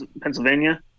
Pennsylvania